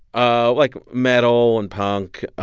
ah like, metal and punk.